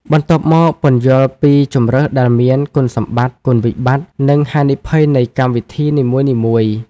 បន្ទាប់មក ពន្យល់ពីជម្រើសដែលមាន គុណសម្បត្តិ គុណវិបត្តិ និងហានិភ័យនៃកម្មវិធីនីមួយៗ។